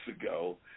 ago